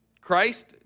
Christ